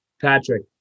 Patrick